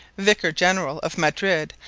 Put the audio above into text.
vicar generall of madrid,